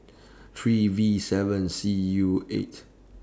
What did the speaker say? three V seven C U eight